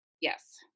Yes